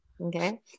Okay